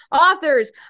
authors